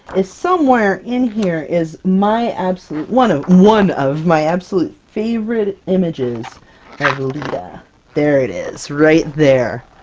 is somewhere in here, is my absolute one of one of my absolute favorite images of leetah. there it is! right there!